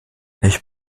ich